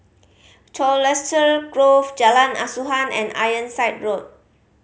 Colchester Grove Jalan Asuhan and Ironside Road